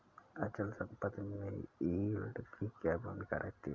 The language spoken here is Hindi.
अचल संपत्ति में यील्ड की क्या भूमिका रहती है?